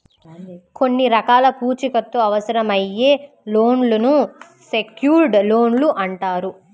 కొన్ని రకాల పూచీకత్తు అవసరమయ్యే లోన్లను సెక్యూర్డ్ లోన్లు అంటారు